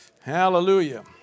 Hallelujah